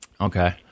Okay